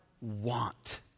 want